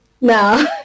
No